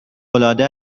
العاده